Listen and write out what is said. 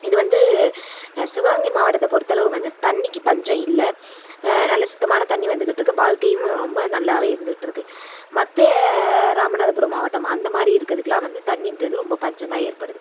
இது வந்து சிவகங்கை மாவட்டத்தை பொறுத்த அளவு வந்து தண்ணிக்கு பஞ்சம் இல்லை நல்ல சுத்தமான தண்ணி வந்துக்கிட்டிருக்கு வாழ்க்கையும் ரொம்ப நல்லாவே இருந்துக்கிட்டிருக்கு மற்ற ராமநாதபுரம் மாவட்டம் அந்த மாதிரி இருக்கறதுக்குலாம் வந்து தண்ணின்றது ரொம்ப பஞ்சம் தான் ஏற்படுது